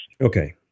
Okay